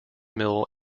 mill